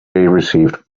received